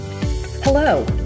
Hello